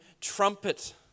trumpet